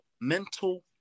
mental